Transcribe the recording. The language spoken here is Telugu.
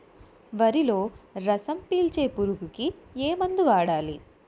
వరిలో రసం పీల్చే పురుగుకి ఏ మందు వాడాలి?